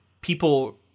people